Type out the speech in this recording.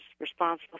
responsible